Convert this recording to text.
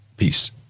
Peace